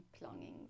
longings